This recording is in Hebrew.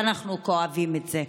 ואנחנו כואבים את זה.